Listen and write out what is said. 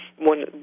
one